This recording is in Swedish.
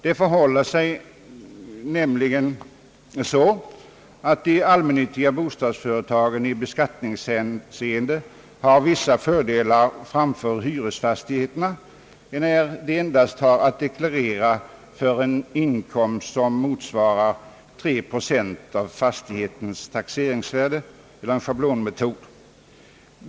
Det förhåller sig nämligen så att de allmännyttiga bostadsföretagen i beskattningshänseende har vissa fördelar framför hyresfastigheterna, enär de endast har att deklarera för en inkomst motsvarande 3 procent av fastighetens taxeringsvärde, alltså en schablonmetod.